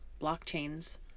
blockchains